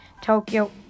tokyo